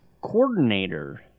coordinator